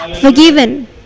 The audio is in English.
forgiven